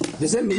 אז בכך תצטמצם אגב,